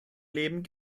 leben